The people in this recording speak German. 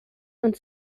und